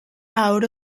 out